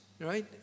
right